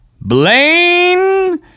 Blaine